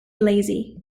lazy